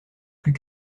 plus